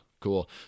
Cool